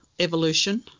evolution